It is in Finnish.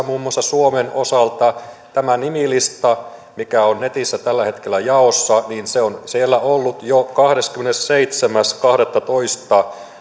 muun muassa suomen osalta tämä nimilista mikä on netissä tällä hetkellä jaossa on siellä ollut jo kahdeskymmenesseitsemäs kahdettatoista